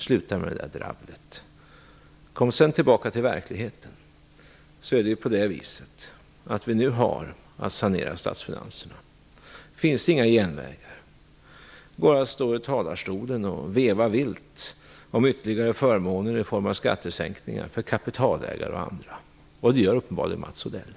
Sluta således med ert dravel! För att sedan komma tillbaka till verkligheten så är det på det viset att vi nu har att sanera statsfinanserna. Då finns det inga genvägar som att bara stå i talarstolen och veva vilt om ytterligare förmåner i form av skattesänkningar för kapitalägare och andra. Det gör uppenbarligen Mats Odell.